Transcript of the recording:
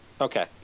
Okay